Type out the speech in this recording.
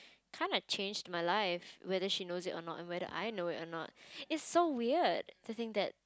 kinda changed my life whether she knows it or not and whether I know it or not it's so weird to think that